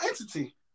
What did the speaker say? entity